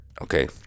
okay